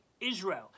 Israel